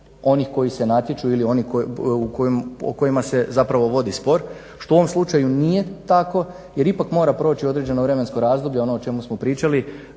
onih koji se natječu ili oni o kojima se zapravo vodi spor što u ovom slučaju nije tako, jer ipak mora proći određeno vremensko razdoblje, ono o čemu smo pričali